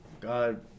God